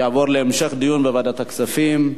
יעבור להמשך דיון בוועדת הכספים.